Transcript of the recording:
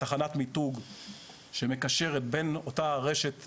תחנת מיתוג שמקשרת בין אותה רשת,